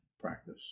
practice